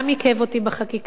הוא גם עיכב אותי בחקיקה,